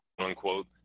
unquote